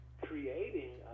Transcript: creating